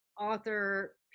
author